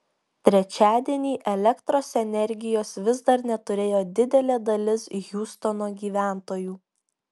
trečiadienį elektros energijos vis dar neturėjo didelė dalis hiūstono gyventojų